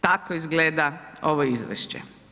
Tako izgleda ovo izvješće.